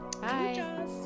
Bye